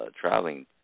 traveling